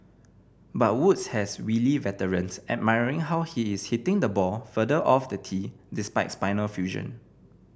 but Woods has wily veterans admiring how he is hitting the ball further off the tee despite spinal fusion